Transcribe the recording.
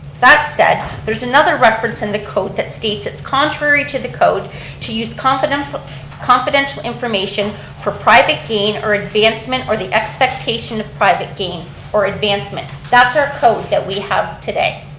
that said, there's anther reference in the code that states it's contrary to the code to use confidential confidential information for private gain or advancement or the expectation of private gain or advancement. that's our code that we have today.